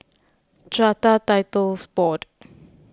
Strata Titles Board